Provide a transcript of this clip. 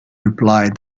replied